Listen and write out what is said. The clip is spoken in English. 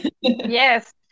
Yes